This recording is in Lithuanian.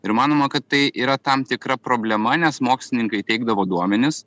ir manoma kad tai yra tam tikra problema nes mokslininkai teikdavo duomenis